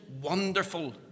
wonderful